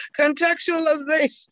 contextualization